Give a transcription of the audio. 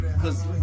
Cause